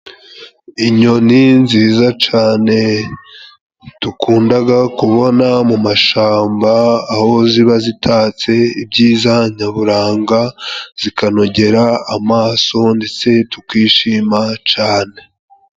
Inyoni nziza cane dukundaga kubona mu mashamba aho ziba zitatse ibyiza nyaburanga, zikanogera amaso ndetse tukishima cane.